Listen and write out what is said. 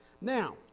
Now